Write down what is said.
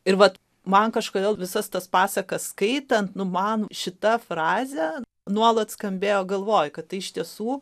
ir mat man kažkodėl visas tas pasakas skaitant nu man šita frazė nuolat skambėjo galvoje kad iš tiesų